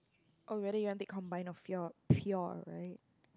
oh really you want take combined of your pure right